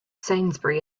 sainsbury